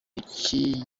iki